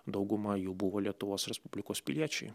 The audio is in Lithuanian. dauguma jų buvo lietuvos respublikos piliečiai